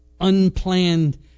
unplanned